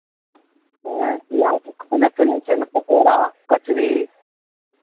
आँय इएहसभ खयनाइ पीनाइ छै ने पकौड़ा कचरी